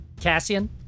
Cassian